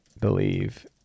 believe